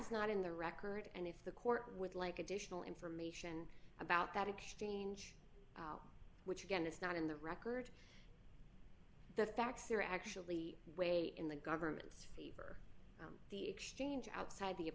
is not in the record and if the court would like additional information about that exchange which again is not in the record the facts are actually way in the government's feet the exchange outside the